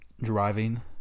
Driving